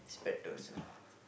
expected also